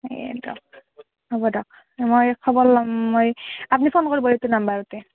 এ দিক হ'ব দিয়ক মই খবৰ লম মই আপ্নি ফোন কৰ্ব এইটো নাম্বাৰতে